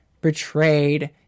betrayed